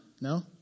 No